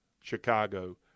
Chicago